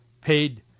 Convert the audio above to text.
paid